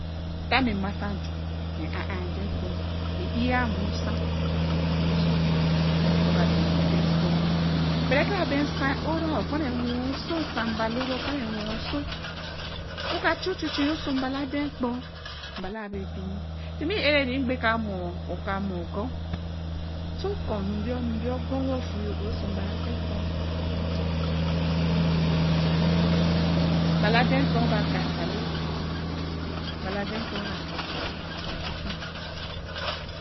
ta mi mmasa ju re ān adenkpon re ē bo nsa. we ka we mu so wa ko doma adenkpon. bera kārā bey wosu wo ka chu chuichui oso mbālō adenkpon. mbalo bare bīnī tīmi ā reni re mghe ka mo oka mōr gōn. so kon bie mbia gon wo wen wen so mbalo adenkpon. mbalo adenkpon afiā re dai ma-jā. mbalo adenkpon baī akāā mbalo ochuichui